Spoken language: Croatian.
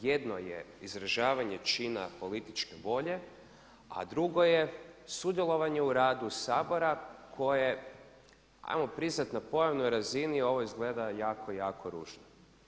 Jedno je izražavanje čina političke volje, a drugo je sudjelovanje u radu Sabora koje ajmo priznati na pojavnoj razini ovo izgleda jako, jako ružno.